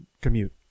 commute